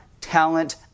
talent